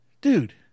dude